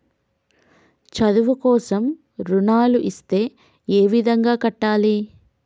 చదువు కోసం రుణాలు ఇస్తే ఏ విధంగా కట్టాలి?